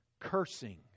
cursing